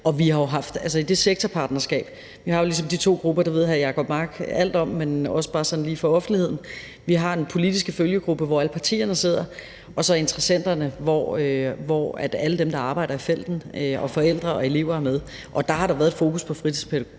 og vi har jo haft det sektorpartnerskab. Vi har jo ligesom de to grupper, og det ved hr. Jacob Mark alt om, men det er også bare lige for offentligheden: Vi har den politiske følgegruppe, hvor alle partierne sidder, og så interessenterne, hvor alle dem, der arbejder i felten og forældrene og eleverne er med, og der har der været et fokus på fritidspædagogikken